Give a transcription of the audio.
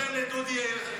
הייתי נותן לדודי קריאה ראשונה.